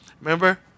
Remember